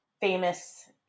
famous